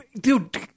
dude